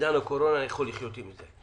בעידן הקורונה אני יכול לחיות עם זה.